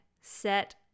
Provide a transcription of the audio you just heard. set